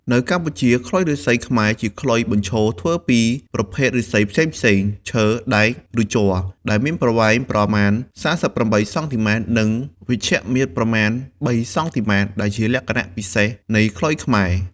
នៅកម្ពុជា ខ្លុយឫស្សីខ្មែរជាខ្លុយបញ្ឈរធ្វើពីប្រភេទឫស្សីផ្សេងៗ ឈើ ដែក ឬជ័រដែលមានប្រវែងប្រមាណ ៣៨ សង់ទីម៉ែត្រ. និងវិជ្ឈមាត្រប្រមាណ ៣ សង់ទីម៉ែត្រ. ដែលជាលក្ខណៈពិសេសនៃខ្លុយខ្មែរ។